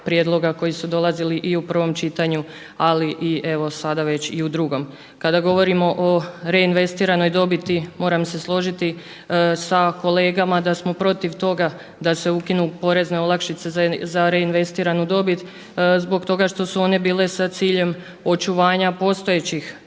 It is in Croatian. prijedloga koji su dolazili i u prvom čitanju, ali i evo sada već i u drugom. Kada govorimo o reinvestiranoj dobiti moram se složiti sa kolegama da smo protiv toga da se ukinu porezne olakšice za reinvestiranu dobit zbog toga što su one bile sa ciljem očuvanja postojećih